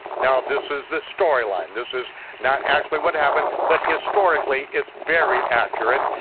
now, this is the storyline, this is not actually what happened, but historically, it's very accurate,